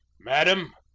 madam,